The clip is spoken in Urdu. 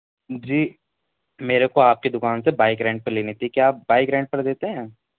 جی میرے کو آپ کی دکان سے بائک رینٹ پہ لینی تھی کیا آپ بائک رینٹ پر دیتے ہیں